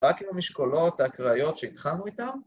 ‫רק עם המשקולות האקראיות שהתחלנו איתן